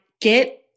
get